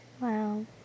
Wow